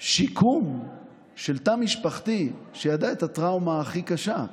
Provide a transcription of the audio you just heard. שיקום של תא משפחתי שידע את הטראומה הכי קשה,